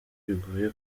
bigoye